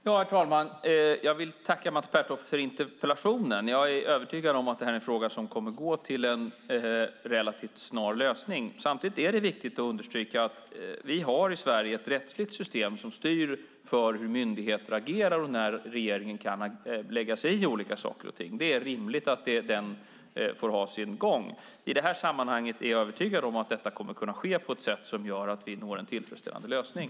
Herr talman! Jag vill tacka Mats Pertoft för interpellationen. Jag är övertygad om att det här är en fråga som kommer att gå till en relativt snar lösning. Samtidigt är det viktigt att understryka att vi i Sverige har ett rättsligt system som styr hur myndigheter agerar och när regeringen kan lägga sig i olika saker och ting. Det är rimligt att det får ha sin gång. I det här sammanhanget är jag övertygad om att detta kommer att kunna ske på ett sätt som gör att vi når en tillfredsställande lösning.